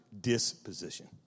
disposition